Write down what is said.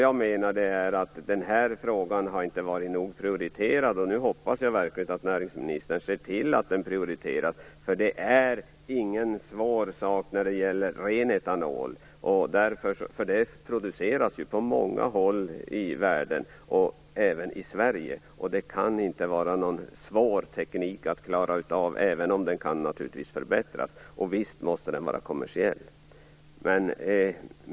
Jag menar att den här frågan inte har varit nog prioriterad. Nu hoppas jag verkligen att näringsministern ser till att den prioriteras. Detta är ingen svår sak när det gäller ren etanol. Det produceras ju på många håll i världen, och även i Sverige. Det kan inte vara någon svår teknik att klara av även om den naturligtvis kan förbättras, och visst måste den vara kommersiell.